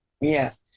Yes